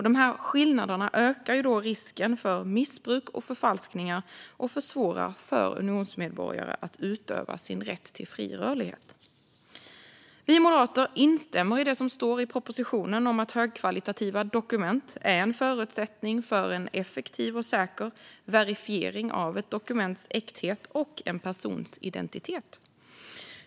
Dessa skillnader ökar risken för missbruk och förfalskningar och försvårar för unionsmedborgare att utöva sin rätt till fri rörlighet. Vi moderater instämmer i det som står i propositionen om att högkvalitativa dokument är en förutsättning för en effektiv och säker verifiering av ett dokuments äkthet och en persons identitet.